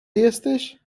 jesteś